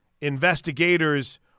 investigators